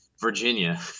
Virginia